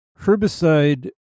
herbicide